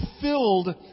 filled